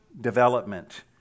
development